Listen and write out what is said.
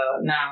now